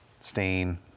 stain